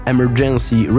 Emergency